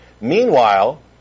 Meanwhile